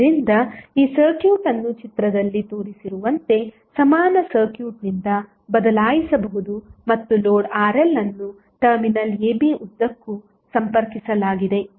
ಆದ್ದರಿಂದ ಈ ಸರ್ಕ್ಯೂಟ್ ಅನ್ನು ಚಿತ್ರದಲ್ಲಿ ತೋರಿಸಿರುವಂತೆ ಸಮಾನ ಸರ್ಕ್ಯೂಟ್ನಿಂದ ಬದಲಾಯಿಸಬಹುದು ಮತ್ತು ಲೋಡ್ RL ಅನ್ನು ಟರ್ಮಿನಲ್ ab ಉದ್ದಕ್ಕೂ ಸಂಪರ್ಕಿಸಲಾಗಿದೆ